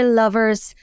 lovers